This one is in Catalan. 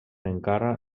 encara